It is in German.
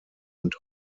und